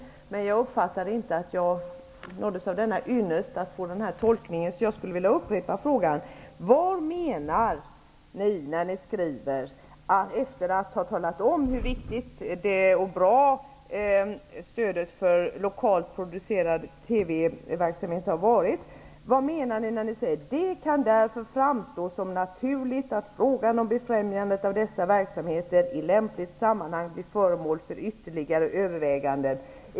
Jag uppfattade inte att jag nåddes av denna ynnest. Vad menar ni med att säga att stödet till lokalt producerad TV-verksamhet har varit bra och viktigt och att det kan därför framstå som naturligt att frågan om befrämjande av dessa verksamheter i lämpligt sammanhang får bli föremål för ytterligare överväganden?